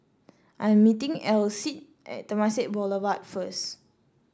I am meeting Alcide at Temasek Boulevard first